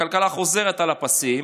הכלכלה חוזרת לפסים.